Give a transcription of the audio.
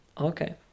Okay